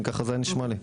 ככה זה היה נשמע לי.